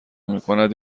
میکند